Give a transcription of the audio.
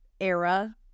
era